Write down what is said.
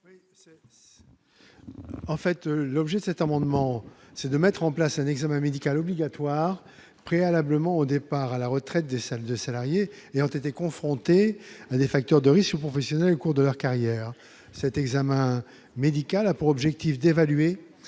le rapporteur. Le présent article met en place un examen médical obligatoire préalablement au départ à la retraite de salariés ayant été confrontés à des facteurs de risques professionnels au cours de leur carrière. Cet examen médical a pour objet d'évaluer